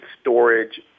storage